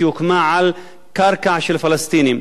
שהוקמה על קרקע של פלסטינים.